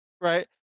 Right